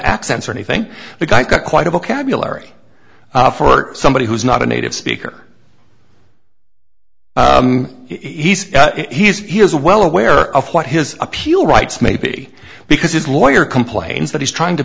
accents or anything the guy got quite a vocabulary for somebody who's not a native speaker he's he is well aware of what his appeal rights maybe because his lawyer complains that he's trying to